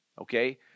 okay